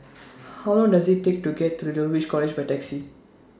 How Long Does IT Take to get to Dulwich College By Taxi